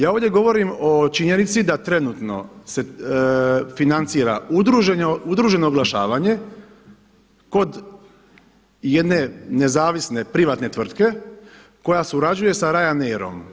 Ja ovdje govorim o činjenici da trenutno se financira udruženo oglašavanja kod jedne nezavisne privatne tvrtke koja surađuje sa Ryanairom.